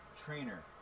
Trainer